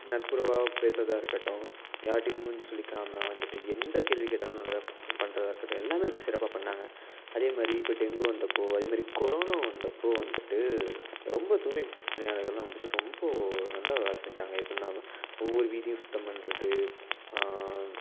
நட்புறவாக பேசுறதாக இருக்கட்டும் யார்ட்டையும் மூஞ்சி சுழிக்காமல் வந்துட்டு எந்த கேள்வி கேட்டாலும் நல்லதாக ப பண்ணுறதா இருக்கட்டும் எல்லாமே வந்து சிறப்பாக பண்ணுணாங்க அதேமாதிரி இப்போ டெங்கு வந்தப்போது அதேமாதிரி கொரோனோ வந்தப்போது வந்துட்டு ரொம்ப தூய்மை பணியாளர்கலெலாம் வந்துட்டு ரொம்ப நல்லா வேலை செஞ்சாங்க எப்புடின்னா ஒவ்வொரு வீதியும் சுத்தம் பண்ணுறது